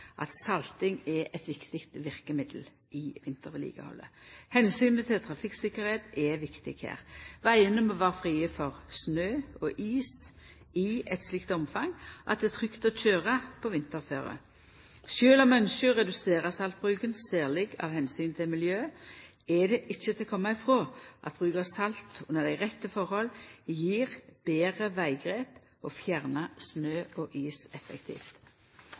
at salting er eit viktig verkemiddel i vintervedlikehaldet. Omsynet til trafikktryggleiken er viktig her. Vegane må vera frie for snø og is i eit slikt omfang at det er trygt å køyra på vinterføre. Sjølv om vi ynskjer å redusera saltbruken, særleg av omsyn til miljøet, er det ikkje til å koma frå at bruk av salt under dei rette tilhøva gjev betre veggrep og fjernar snø og is effektivt.